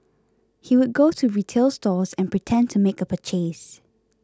he would go to retail stores and pretend to make a purchase